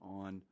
on